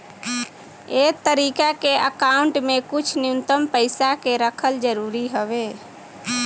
ए तरीका के अकाउंट में कुछ न्यूनतम पइसा के रखल जरूरी हवे